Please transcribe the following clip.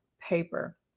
paper